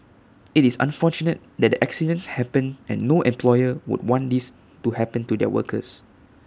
IT is unfortunate that the accidents happened and no employer would want these to happen to their workers